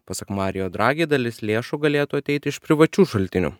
pasak mario dragi dalis lėšų galėtų ateiti iš privačių šaltinių